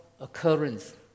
occurrence